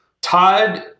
Todd